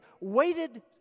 waited